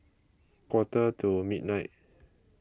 quarter to midnight